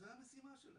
זו המשימה שלהם,